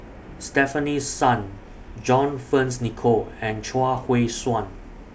Stefanie Sun John Fearns Nicoll and Chuang Hui Tsuan